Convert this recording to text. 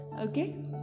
okay